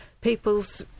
People's